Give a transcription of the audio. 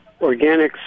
organics